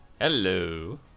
hello